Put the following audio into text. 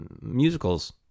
musicals